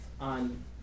on